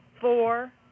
four